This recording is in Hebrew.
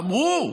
אמרו: